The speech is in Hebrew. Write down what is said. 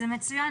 זה מצוין,